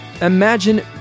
Imagine